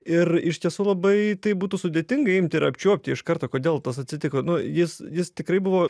ir iš tiesų labai tai būtų sudėtinga imti ir apčiuopti iš karto kodėl tas atsitiko nu jis jis tikrai buvo